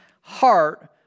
heart